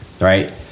right